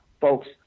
folks